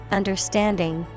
understanding